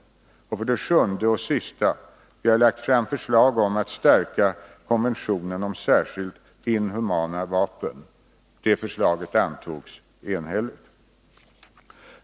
Vi har, för det sjunde, lagt fram förslag om en stärkning av konventionen om särskilt inhumana vapen. Också det förslaget antogs enhälligt.